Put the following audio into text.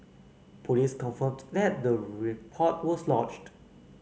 police confirmed that the report was lodged